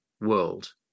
world